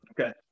Okay